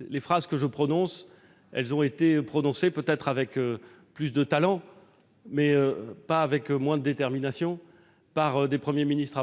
Les phrases que je prononce ont été dites avant moi, peut-être avec plus de talent mais pas avec moins de détermination, par des Premiers ministres